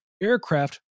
aircraft